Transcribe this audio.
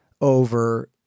over